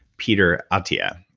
peter attia.